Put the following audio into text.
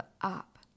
up